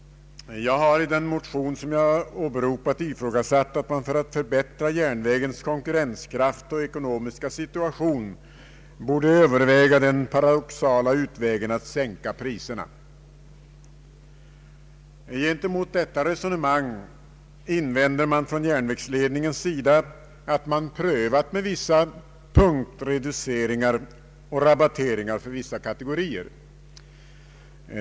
Jag har i den motion jag här åberopat ifrågasatt om inte vi för att förbättra järnvägens konkurrenskraft och ekonomiska situation bör överväga den paradoxala utvägen att sänka priserna. Gentemot detta resonemang invänder järnvägsledningen att vissa punktreduceringar och rabatteringar för vissa kategorier prövats.